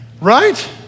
Right